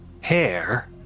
hair